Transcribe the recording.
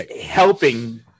helping